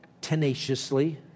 tenaciously